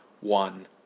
one